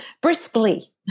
briskly